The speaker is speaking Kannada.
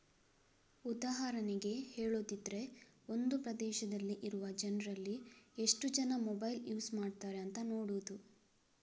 ಉದಾಹರಣೆಗೆ ಹೇಳುದಿದ್ರೆ ಒಂದು ಪ್ರದೇಶದಲ್ಲಿ ಇರುವ ಜನ್ರಲ್ಲಿ ಎಷ್ಟು ಜನ ಮೊಬೈಲ್ ಯೂಸ್ ಮಾಡ್ತಾರೆ ಅಂತ ನೋಡುದು